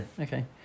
okay